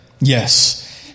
yes